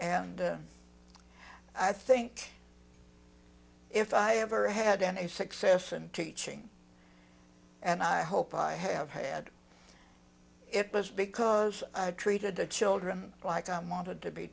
and i think if i ever had any success and teaching and i hope i have had it was because i treated the children like i wanted to be